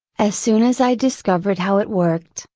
as soon as i discovered how it worked,